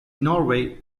norway